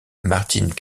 martine